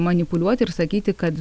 manipuliuoti ir sakyti kad